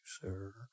sir